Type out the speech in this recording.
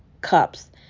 cups